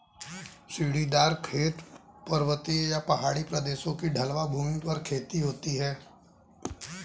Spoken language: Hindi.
सीढ़ीदार खेत, पर्वतीय या पहाड़ी प्रदेशों की ढलवां भूमि पर खेती होती है